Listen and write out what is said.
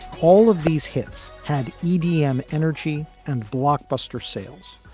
all of these hits had idm energy and blockbuster sales.